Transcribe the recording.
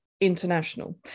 International